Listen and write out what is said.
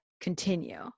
continue